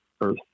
Earth